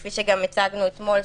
כפי שגם הצגנו אתמול,